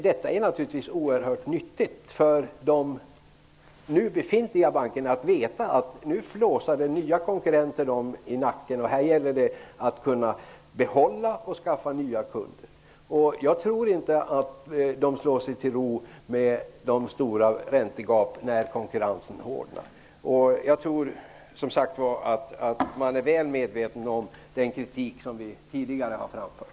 Detta är naturligtvis oerhört nyttigt att veta för de nu befintliga bankerna. Nu flåsar nya konkurrenter dem i nacken och det gäller att kunna behålla gamla och skaffa nya kunder. Jag tror inte att de slår sig till ro med stora räntegap när konkurrensen hårdnar. Jag tror som sagt var, att man är väl medveten om den kritik som vi tidigare har framfört.